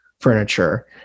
Furniture